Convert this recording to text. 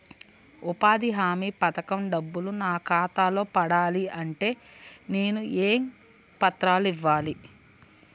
ఉపాధి హామీ పథకం డబ్బులు నా ఖాతాలో పడాలి అంటే నేను ఏ పత్రాలు ఇవ్వాలి?